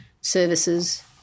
services